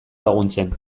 laguntzen